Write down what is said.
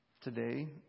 Today